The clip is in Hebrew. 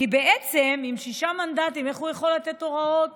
כי בעצם עם שישה מנדטים איך הוא יכול לתת הוראות